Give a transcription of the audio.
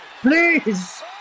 Please